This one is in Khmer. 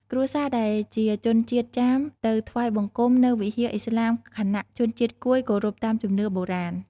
គ្រួសារដែលជាជនជាតិចាមទៅថ្វាយបង្គំនៅវិហារអ៊ីស្លាម ខណៈជនជាតិកួយគោរពតាមជំនឿបុរាណ។